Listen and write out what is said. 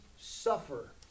suffer